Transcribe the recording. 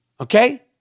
okay